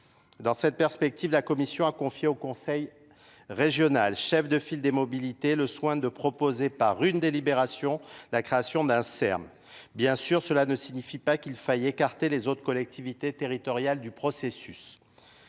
Dans cette perspective, la Commission a confié au Conseil régional chef de file des mobilités le soin de proposer par une délibération la création d'un Er M. Bien sûr, cela ne signifie pas qu'il faille écarter les autres collectivités territoriales du processus.